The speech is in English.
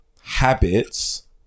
habits